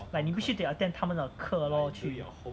like 你必须得 attend 他们的课 lor 去